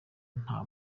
nta